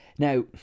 Now